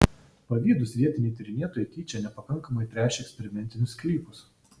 pavydūs vietiniai tyrinėtojai tyčia nepakankamai tręšė eksperimentinius sklypus